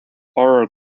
horror